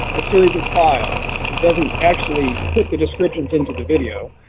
a series of files. it doesn't actually put the descriptions in to the video,